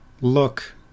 look